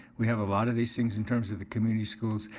we have a lot of these things in terms of the community schools.